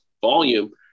volume